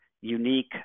unique